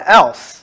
else